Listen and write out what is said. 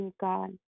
God